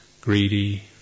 greedy